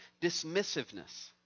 dismissiveness